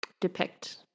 depict